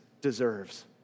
deserves